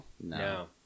No